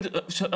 --- אותו דבר.